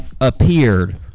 appeared